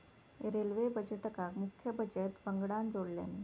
railway बजेटका मुख्य budget वंगडान जोडल्यानी